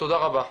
תודה רבה.